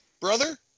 brother